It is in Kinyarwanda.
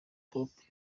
hope